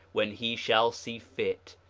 when he shall see fit,